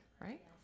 Right